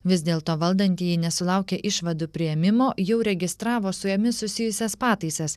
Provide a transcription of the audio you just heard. vis dėlto valdantieji nesulaukę išvadų priėmimo jau registravo su jomis susijusias pataisas